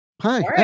Hi